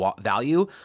value